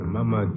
Mama